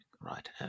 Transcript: Right